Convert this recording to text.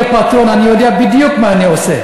אל תהיה פטרון, אני יודע בדיוק מה אני עושה.